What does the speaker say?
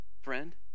friend